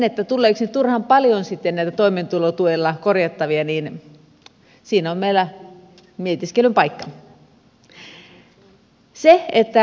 siinä tuleeko turhan paljon sitten näitä toimeentulotuella korjattavia on meillä mietiskelyn paikka